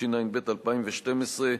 התשע"ב 2012,